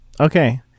Okay